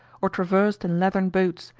or traversed in leathern boats,